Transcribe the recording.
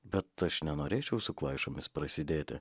bet aš nenorėčiau su kvaišomis prasidėti